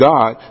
God